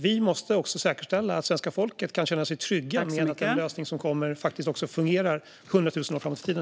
Vi måste också säkerställa att svenska folket kan känna sig trygga med att den lösning som kommer faktiskt fungerar även 100 000 år framåt i tiden.